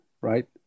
right